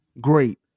great